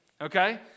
Okay